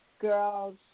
girls